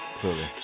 clearly